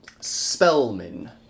Spellman